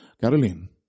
Caroline